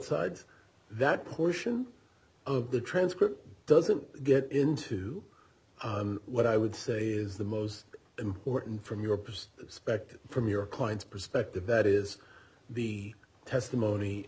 sides that portion of the transcript doesn't get into what i would say is the most important from your post specter from your client's perspective that is the testimony